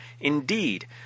Indeed